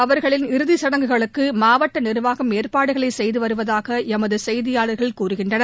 அவர்களின் இறுதி சடங்குகளுக்கு மாவட்ட நிர்வாகம் ஏற்பாடுகளை செய்து வருவதாக எமது செய்தியாளர்கள் கூறுகின்றனர்